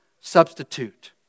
substitute